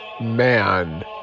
man